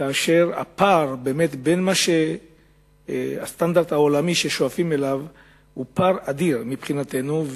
כאשר הפער בין הסטנדרט העולמי ששואפים אליו הוא פער אדיר מבחינתנו.